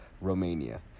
Romania